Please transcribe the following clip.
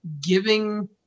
giving